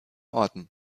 orten